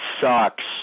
sucks